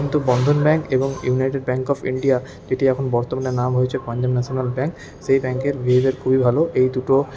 কিন্তু বন্ধন ব্যাঙ্ক এবং United Bank of India যেটি এখন বর্তমানে নাম হয়েছে পাঞ্জাব ন্যাশনাল ব্যাঙ্ক সেই ব্যাঙ্কের বিহেভিয়ার খুবই ভালো এই দুটো